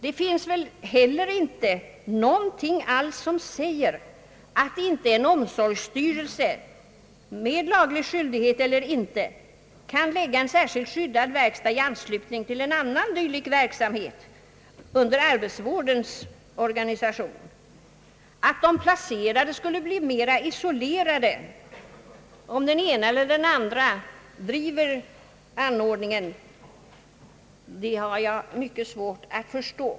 Det finns väl heller inte någonting alls som säger att inte en omsorgsstyrelse — med laglig skyldighet eller inte — kan förlägga en särskild skyddad verkstad i anslutning till en annan dylik verksamhet under arbetsvårdens organisation. Att de placerade skulle bli mer isolerade om den ena eller andra driver anordningen har jag mycket svårt att förstå.